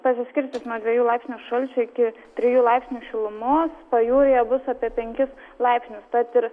pasiskirstys nuo dviejų laipsnių šalčio iki trijų laipsnių šilumos pajūryje bus apie penkis laipsnius tad ir